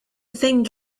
thing